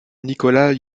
nicolae